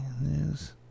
news